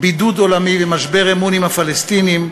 בידוד עולמי ומשבר אמון עם הפלסטינים,